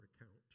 account